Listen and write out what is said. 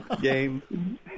game